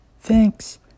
Thanks